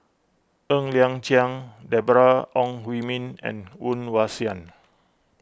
Ng Liang Chiang Deborah Ong Hui Min and Woon Wah Siang